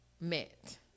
met